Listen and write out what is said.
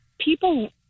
people